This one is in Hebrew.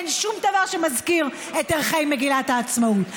אין שום דבר שמזכיר את ערכי מגילת העצמאות.